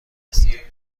رسید